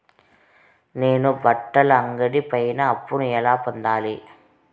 నేను బట్టల అంగడి పైన అప్పును ఎలా పొందాలి?